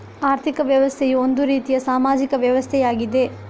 ಆರ್ಥಿಕ ವ್ಯವಸ್ಥೆಯು ಒಂದು ರೀತಿಯ ಸಾಮಾಜಿಕ ವ್ಯವಸ್ಥೆಯಾಗಿದೆ